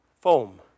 foam